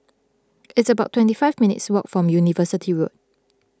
it's about twenty five minutes' walk form University Road